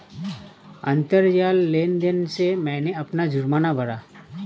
अंतरजाल लेन देन से मैंने अपना जुर्माना भरा